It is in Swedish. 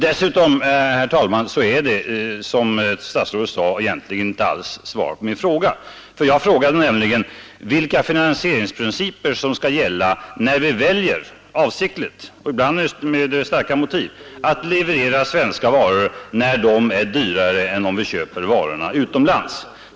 Dessutom, herr talman, är det som utrikesministern sade egentligen inte heller något svar på min fråga. Jag frågade nämligen vilka finansieringsprinciper som skall gälla när vi väljer — avsiktligt och ibland med starka motiv — att leverera svenska varor och de är dyrare än om vi köper utomlands.